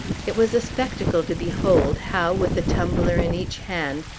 it was a spectacle to behold, how, with a tumbler in each hand,